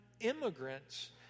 immigrants